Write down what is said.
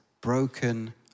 broken